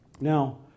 Now